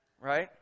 right